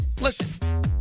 Listen